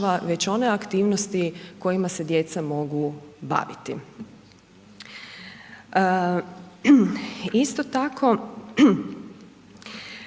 već one aktivnosti kojima se djeca mogu baviti. Isto tako,